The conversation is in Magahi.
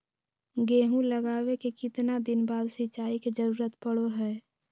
गेहूं लगावे के कितना दिन बाद सिंचाई के जरूरत पड़ो है?